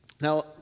Now